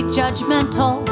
judgmental